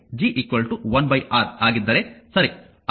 ಉದಾಹರಣೆಗೆ G 1 R ಆಗಿದ್ದರೆ ಸರಿ